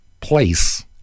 place